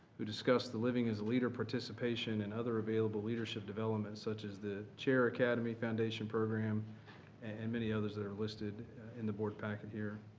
who discussed the living as a leader participation and other available available leadership development, such as the chair academy foundation program and many others that are listed in the board packet here.